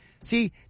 See